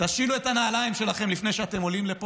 תשילו את הנעליים שלכם לפני שאתם עולים לפה